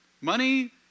Money